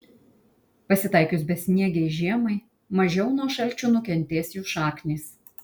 pasitaikius besniegei žiemai mažiau nuo šalčių nukentės jų šaknys